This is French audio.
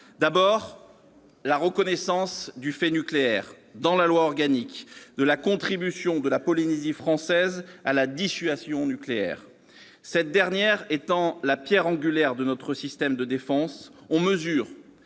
de loi organique, du fait nucléaire, de la contribution de la Polynésie française à la dissuasion nucléaire. Cette dernière étant la pierre angulaire de notre système de défense, on mesure